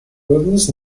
britain’s